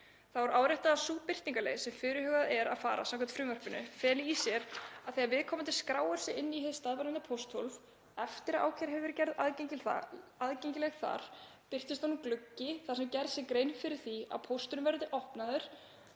Þá er áréttað að sú birtingarleið sem fyrirhugað er að fara samkvæmt frumvarpinu feli í sér að þegar viðkomandi skráir sig inn í hið stafræna pósthólf, eftir að ákæra hefur verið gerð aðgengileg þar, birtist honum gluggi þar sem gerð sé grein fyrir því að verði pósturinn opnaður